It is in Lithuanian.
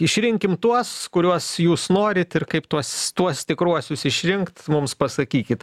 išrinkim tuos kuriuos jūs norit ir kaip tuos tuos tikruosius išrinkt mums pasakykit